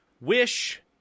Wish